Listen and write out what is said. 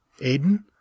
Aiden